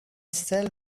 shall